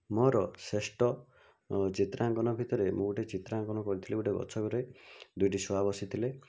ମୋର ଶ୍ରେଷ୍ଠ ଚିତ୍ରାଙ୍କନ ଭିତରେ ମୁଁ ଗୋଟେ ଚିତ୍ରାଙ୍କନ କରିଥିଲି ଗୋଟେ ଗଛରେ ଦୁଇଟି ଶୁଆ ବସିଥିଲେ